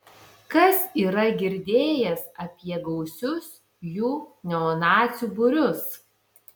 kas yra girdėjęs apie gausius jų neonacių būrius